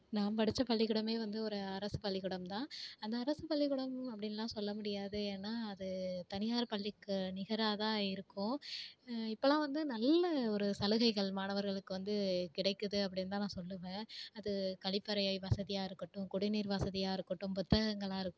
நான் படித்த் பள்ளிக்கூடமே வந்து ஒரு அரசுப் பள்ளிக்கூடம் தான் அந்த அரசுப் பள்ளிக்கூடம் அப்படின்னுலாம் சொல்ல முடியாது ஏன்னால் அது தனியார் பள்ளிக்கு நிகராகதான் இருக்கும் இப்போலாம் வந்து நல்ல ஒரு சலுகைகள் மாணவர்களுக்கு வந்து கிடைக்குது அப்படின்னுதான் நான் சொல்லுவேன் அது கழிப்பறை வசதியாக இருக்கட்டும் குடிநீர் வசதியாக இருக்கட்டும் புத்தகங்களாக இருக்கட்டும்